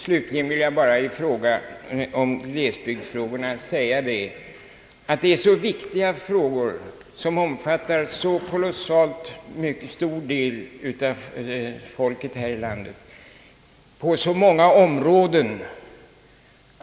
Slutligen vill jag bara säga att glesbygdsfrågorna är viktiga frågor, som omfattar en stor del av befolkningen i landet och som gäller många områden.